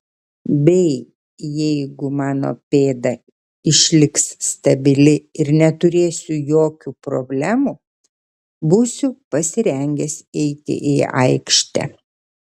bei jeigu mano pėda išliks stabili ir neturėsiu jokių problemų būsiu pasirengęs eiti į aikštę